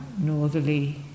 northerly